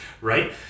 right